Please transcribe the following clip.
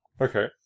Okay